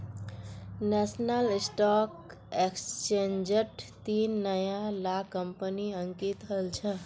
national stock एक्सचेंजट तीन नया ला कंपनि अंकित हल छ